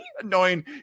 annoying